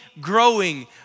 growing